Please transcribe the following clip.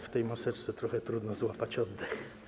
W tej maseczce trochę trudno złapać oddech.